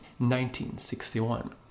1961